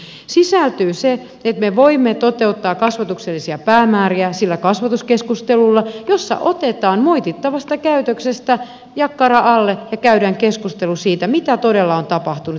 siihen sisältyy se että me voimme toteuttaa kasvatuksellisia päämääriä sillä kasvatuskeskustelulla jossa otetaan moitittavasta käytöksestä jakkara alle ja käydään keskustelu siitä mitä todella on tapahtunut